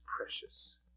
precious